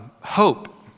hope